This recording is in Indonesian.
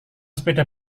sepeda